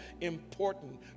important